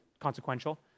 consequential